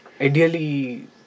Ideally